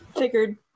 Figured